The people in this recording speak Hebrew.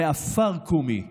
מעפר קומי,